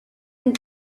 and